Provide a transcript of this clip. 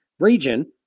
region